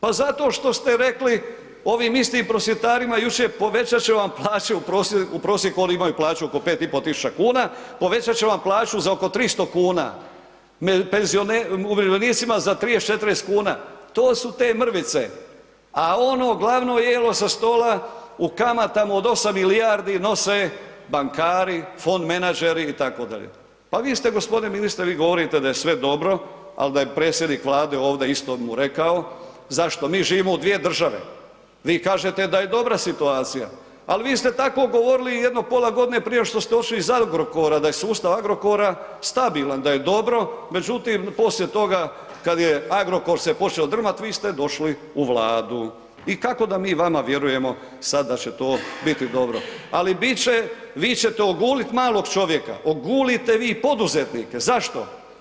Pa zato što ste rekli ovim istim prosvjetarima jučer povećat ćemo vam plaće, u prosjeku oni imaju plaću oko 5.500,00 kn, povećat ćemo vam plaću za oko 300,00 kn, umirovljenicima za 30-40,00 kn, to su te mrvice, a ono glavno jelo sa stola u kamatama od 8 milijardi nose bankari, fond menadžeri itd., pa vi ste g. ministre, vi govorite da je sve dobro, al da je predsjednik Vlade ovde, isto bi mu rekao zašto mi živimo u dvije države, vi kažete da je dobra situacija, al vi ste tako govorili i jedno pola godine prije nego što ste otišli iz Agrokora, da je sustav Agrokora stabilan, da je dobro, međutim poslije toga kad je Agrokor se počeo drmat, vi ste došli u Vladu i kako da mi vama vjerujemo sad da će to biti dobro, ali bit će, vi ćete ogulit malog čovjeka, ogulite vi poduzetnike, zašto?